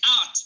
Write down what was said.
out